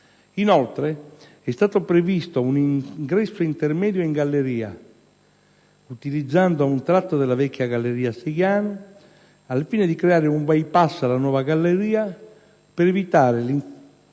Inoltre, è stato previsto un ingresso intermedio in galleria, utilizzando un tratto della vecchia galleria Seiano, al fine di creare un *by-pass* alla nuova galleria per evitare l'interessamento,